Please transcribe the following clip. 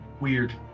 weird